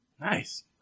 Nice